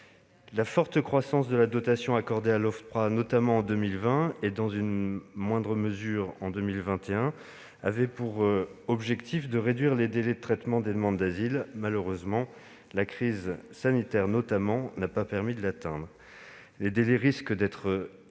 La forte croissance de la dotation accordée à l'Ofpra, notamment en 2020 et, dans une moindre mesure, en 2021 visait l'objectif d'une réduction des délais de traitement des demandes d'asile. Malheureusement, la crise sanitaire n'a pas permis de l'atteindre. Les délais risquent d'être